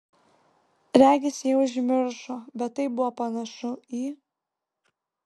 regis jie užmiršo bet tai buvo panašu į